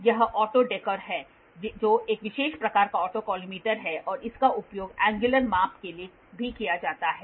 यह ऑटो डेकोर है जो एक विशेष प्रकार का ऑटोकॉलिमेटर है और इसका उपयोग एंगयुलर माप के लिए भी किया जाता है